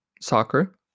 soccer